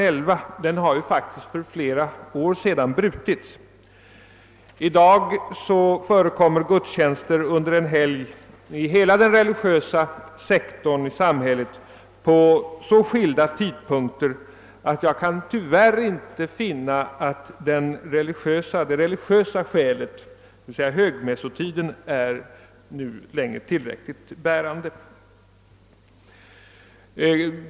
11 har faktiskt brutits för flera år sedan, och numera förekommer gudstjänster under helgerna vid så skilda tidpunkter att argumentet om respekt för högmässotiden inte längre är bärande.